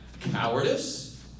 cowardice